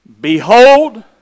Behold